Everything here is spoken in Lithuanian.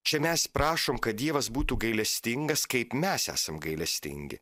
čia mes prašom kad dievas būtų gailestingas kaip mes esam gailestingi